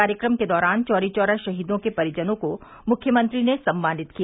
कार्यक्रम के दौरान चौरी चौरा शहीदों के परिजनों को मुख्यमंत्री ने सम्मानित किया